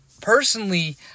personally